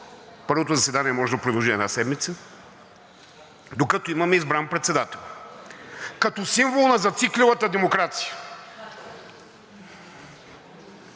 първото заседание може да продължи една седмица, докато имаме избран председател като символ на зациклилата демокрация.